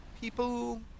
people